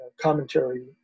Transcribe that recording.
commentary